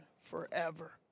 forever